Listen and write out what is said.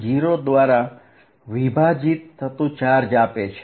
dsQ0 છે